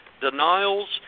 denials